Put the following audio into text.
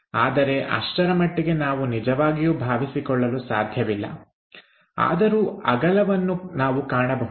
ಆದರೆ ಅಷ್ಟರಮಟ್ಟಿಗೆ ನಾವು ನಿಜವಾಗಿಯೂ ಭಾವಿಸಿಕೊಳ್ಳಲು ಸಾಧ್ಯವಿಲ್ಲ ಆದರೂ ಅಗಲವನ್ನು ನಾವು ಕಾಣಬಹುದು